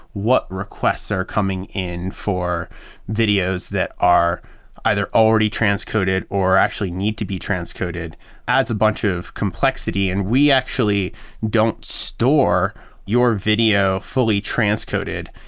what requests are coming in for videos that are either already transcoded or actually need to be transcoded adds a bunch of complexity, and we actually don't store your video fully transcoded.